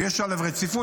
ויש עליו רציפות,